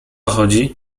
chodzi